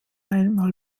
einmal